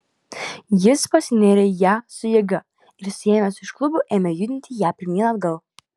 jis pasinėrė į ją su jėga ir suėmęs už klubų ėmė judinti ją pirmyn atgal